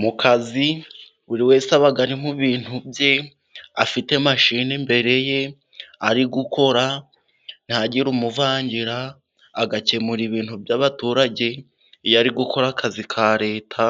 Mu kazi buri wese aba ari mu bintu bye, afite mashini imbere ye, ari gukora, ntihagire umuvangira, agakemura ibintu by'abaturage iyo ari gukora akazi ka leta,